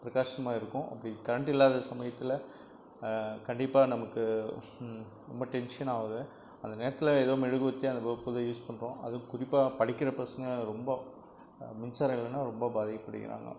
பிரகாசமா இருக்கும் அப்படி கரண்ட் இல்லாத சமயத்தில் கண்டிப்பாக நமக்கு ரொம்ப டென்சனாக ஆகுது அந்த நேரத்தில் ஏதாவது மெழுகுவத்தி எப்போதும் யூஸ் பண்ணுறோம் அதுவும் குறிப்பாக படிக்கிற பசங்க ரொம்ப மின்சாரம் இல்லைனா ரொம்ப பாதிப்படைகிறாங்க